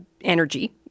energy